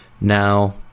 Now